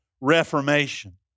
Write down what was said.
reformation